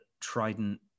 Trident